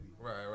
right